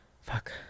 fuck